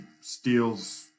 steals